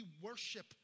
worship